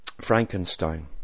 Frankenstein